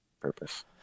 purpose